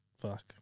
fuck